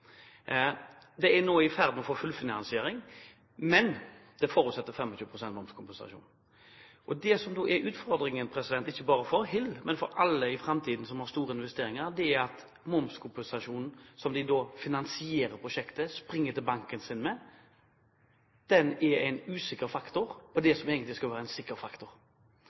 er ganske stor. De er nå i ferd med å få fullfinansiering, men det forutsetter 25 pst. momskompensasjon. Det som da er utfordringen, ikke bare for HIL, men for alle som i framtiden har store investeringer, er at momskompensasjonen som de da finansierer prosjektet med, springer til banken sin med, er en usikker faktor – det som egentlig skulle være en sikker faktor.